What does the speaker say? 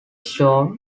ashore